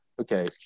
okay